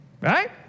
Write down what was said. Right